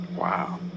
Wow